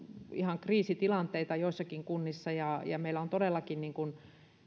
ihan kriisitilanteita joissakin kunnissa ja ja meillä on todellakin